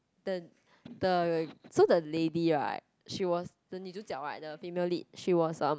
the the so the lady right she was the 女主角 right the female lead she was um